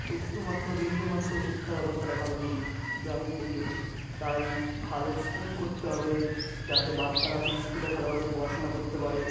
একটু মাত্র বিন্দু মাত্র শিক্ষা ব্যবস্থাটা ভালো নেই গ্রামের দিকে তাই ভালো স্কুল করতে হবে যাতে বাচ্চারা সেই স্কুলে ভালোভাবে পড়াশোনা করতে পারে